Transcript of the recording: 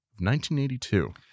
1982